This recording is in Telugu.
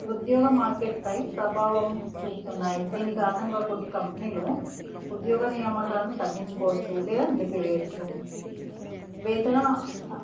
ఉద్యోగ మార్కెట్ పై ప్రభావం చూపుతున్నాయి దీని కారణంగా కొన్ని కంపెనీలు ఉద్యోగ నియమకాలను తగ్గించుకోవచ్చు లేదా నిలిపివేయచ్చు వేతన